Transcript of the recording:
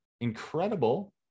incredible